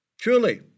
Truly